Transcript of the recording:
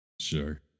Sure